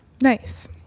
Nice